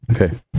Okay